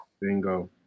Bingo